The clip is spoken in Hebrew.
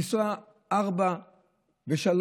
לנסוע ארבע שעות,